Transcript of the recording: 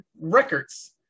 records